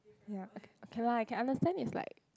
ya okay okay lah I can understand is like